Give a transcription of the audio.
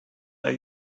are